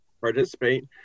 participate